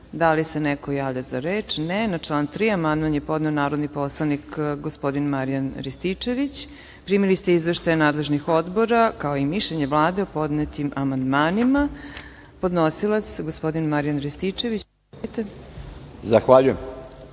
li se neko javlja za reč? (Ne.)Na član 3. amandman je podneo narodni poslanik gospodin Marijan Rističević. Primili ste izveštaje nadležnih odbora, kao i mišljenje Vlade o podnetim amandmanima. Podnosilac, gospodin Marijan Rističević. **Marijan